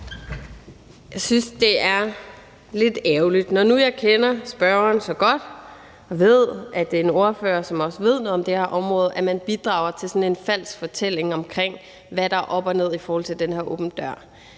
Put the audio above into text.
Jeg synes, at det er lidt ærgerligt, når nu kender jeg spørgeren så godt og ved, at han er en ordfører, som også ved noget om det her område, at man bidrager til sådan en falsk fortælling om, hvad der er op og ned i forhold til den her åben